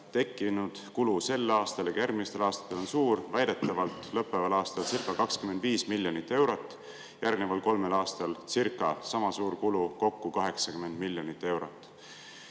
Eestile. Kulu sel aastal ja ka järgmistel aastatel on suur: väidetavalt lõppeval aastalcirca25 miljonit eurot, järgneval kolmel aastalcircasama suur kulu, kokku 80 miljonit eurot.